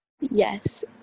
Yes